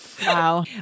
Wow